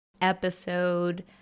episode